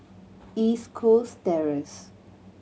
East Coast Terrace